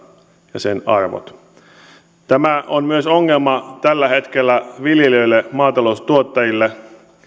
ja sen arvot tämä on myös ongelma tällä hetkellä viljelijöille maataloustuottajille